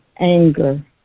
anger